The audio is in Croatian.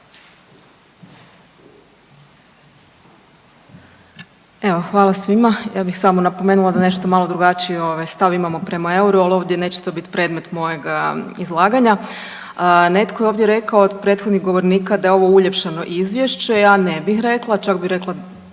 hvala svima. Ja bih samo napomenula da nešto malo drugačiji stav imamo prema euru, ali ovdje to neće biti predmet mojega izlaganja. Netko je ovdje rekao od prethodnih govornika da je ovo uljepšano izvješće, ja ne bih rekla, čak bih rekla